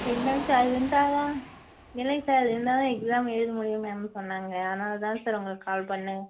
இல்லைங்க சார் அது இருந்தால் தான் இல்லைங்க சார் அது இருந்தால் தான் எக்ஸாம் எழுத முடியும்ன்னு மேம் சொன்னாங்க அதனால் தான் சார் உங்களுக்கு கால் பண்ணோம்